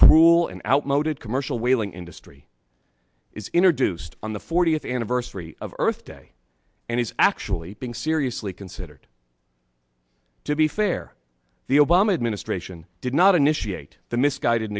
cruel and outmoded commercial whaling industry is introduced on the fortieth anniversary of earth day and is actually being seriously considered to be fair the obama administration did not initiate the misguided